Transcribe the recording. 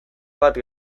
bat